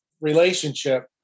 relationship